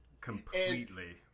Completely